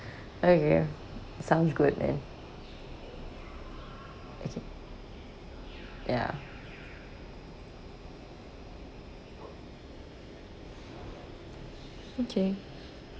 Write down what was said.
okay sounds good man okay ya okay